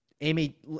Amy